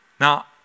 now